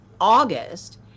August